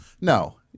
No